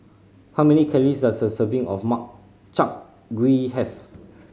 how many calories does a serving of Makchang Gui have